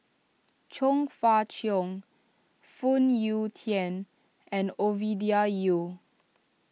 Chong Fah Cheong Phoon Yew Tien and Ovidia Yu